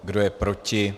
Kdo je proti?